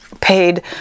paid